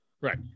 right